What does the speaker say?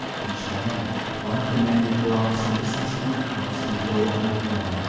each morning one of the men would go out some distance from the house and blow on a horn,